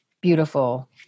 beautiful